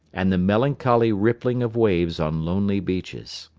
and the melancholy rippling of waves on lonely beaches.